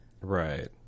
Right